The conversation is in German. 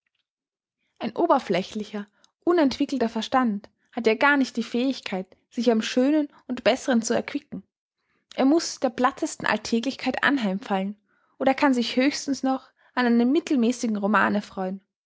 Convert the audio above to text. ein oberflächlicher unentwickelter verstand hat ja gar nicht die fähigkeit sich am schönen und besseren zu erquicken er muß der plattesten alltäglichkeit anheim fallen oder kann sich höchstens noch an einem mittelmäßigen roman erfreuen